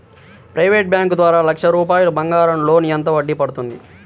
Private bank ద్వారా లక్ష రూపాయలు బంగారం లోన్ ఎంత వడ్డీ పడుతుంది?